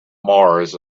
mars